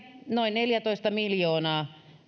noin neljätoista miljoonaa